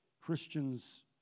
Christians